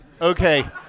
Okay